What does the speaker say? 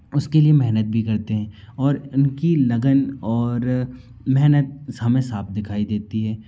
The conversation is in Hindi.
उसके लिए मेहनत भी करते हैं और उनकी लगन और मेहनत हमें साफ़ दिखाई देती है